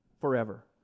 forever